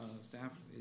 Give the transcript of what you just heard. Staff